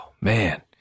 man